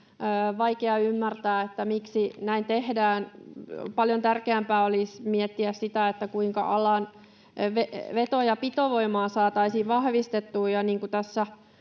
vaikea ymmärtää, miksi näin tehdään. Paljon tärkeämpää olisi miettiä sitä, kuinka alan veto- ja pitovoimaa saataisiin vahvistettua.